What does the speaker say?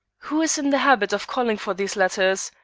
who is in the habit of calling for these letters?